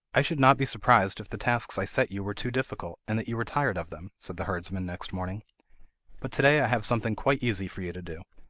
i should not be surprised if the tasks i set you were too difficult, and that you were tired of them said the herdsman next morning but to-day i have something quite easy for you to do.